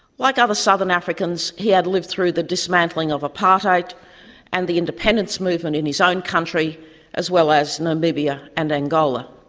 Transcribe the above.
like other southern africans, he had lived through the dismantling of apartheid and the independence movement in his own country as well as namibia and angola.